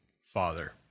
Father